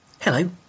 Hello